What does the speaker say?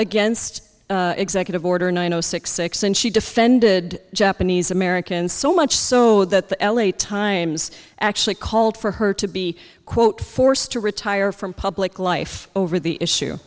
against executive order nine zero six six and she defended japanese americans so much so that the l a times actually called for her to be quote forced to retire from public life over the issue